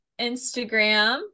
Instagram